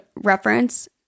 reference